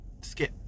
Skip